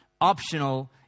optional